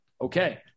Okay